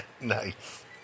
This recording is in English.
nice